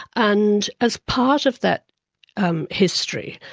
and as part of that um history,